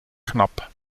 knapp